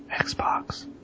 Xbox